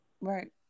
Right